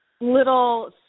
little